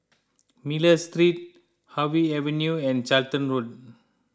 Miller Street Harvey Avenue and Charlton Road